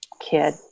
kid